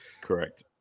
Correct